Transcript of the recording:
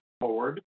forward